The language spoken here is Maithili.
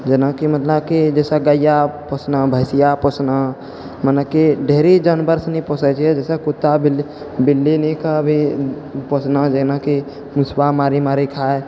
जेनाकि मतलब कि जइसे गैआ पोसना भैँसिआ पोसना मने कि ढेरी जानवरसनी पोसै छिए जइसे कुत्ता बिल्ली बिल्ली नीकऽ भी पोसना जेनाकि मुसबा मारि मारि खाइ